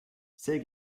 sehr